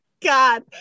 god